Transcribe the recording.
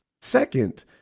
second